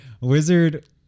wizard